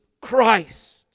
Christ